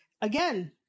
again